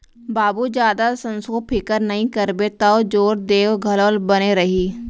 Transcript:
बाबू जादा संसो फिकर नइ करबे तौ जोर देंव घलौ बने रही